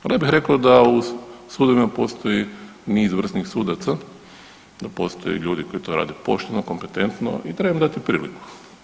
Ali ja bih rekao da u sudovima postoji niz vrsnih sudaca, da postoje ljudi koji to rade pošteno, kompetentno i treba im dati priliku.